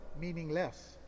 meaningless